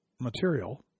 material